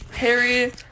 Harry